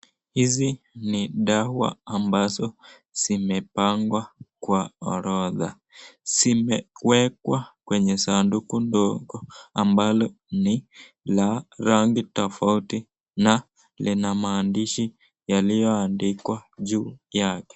hizi ni dawa ambazo zimepangwa kwa orodha. zimekuwekwa kwenye sanduku ndogo ambalo ni la rangi tofauti na lina maandishi yaliyoandikwa juu yake.